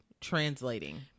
translating